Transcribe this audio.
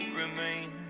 remain